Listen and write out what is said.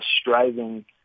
striving